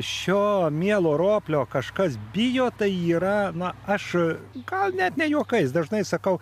šio mielo roplio kažkas bijo tai yra na aš gal net ne juokais dažnai sakau